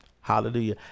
Hallelujah